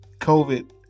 COVID